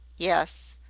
yes.